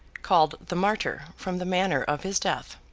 called the martyr, from the manner of his death.